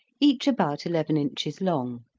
each about eleven inches long,